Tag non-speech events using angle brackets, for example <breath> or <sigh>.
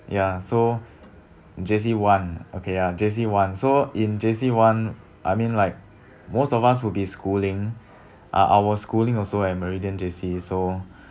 ya so <breath> J_C one ah okay ya J_C one so in J_C one I mean like most of us would be schooling <breath> I I was schooling also meridian J_C so <breath>